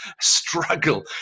struggle